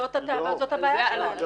זאת הבעיה שלנו.